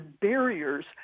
barriers